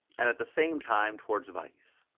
and at the same time towards vice.